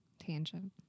tangent